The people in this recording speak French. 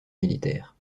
militaire